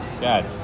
God